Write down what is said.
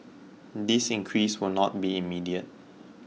this increase will not be immediate